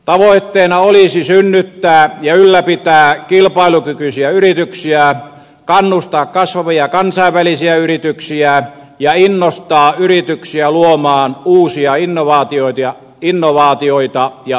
tavoitteena olisi synnyttää ja ylläpitää kilpailukykyisiä yrityksiä kannustaa kasvavia kansainvälisiä yrityksiä ja innostaa yrityksiä luomaan uusia innovaatioita ja osaamista